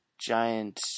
giant